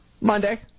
Monday